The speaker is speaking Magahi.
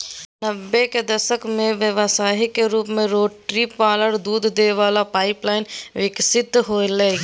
नब्बे के दशक में व्यवसाय के रूप में रोटरी पार्लर दूध दे वला पाइप लाइन विकसित होलय